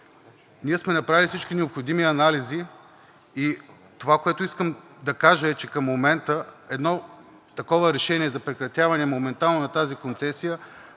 Ние сме направили всички необходими анализи и това, което искам да кажа, е, че към момента едно такова решение за прекратяване моментално на тази концесия